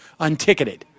unticketed